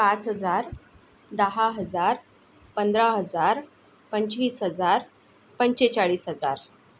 पाच हजार दहा हजार पंधरा हजार पंचवीस हजार पंचेचाळीस हजार